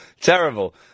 Terrible